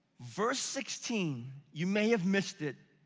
verse sixteen, you may have missed it.